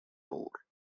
tour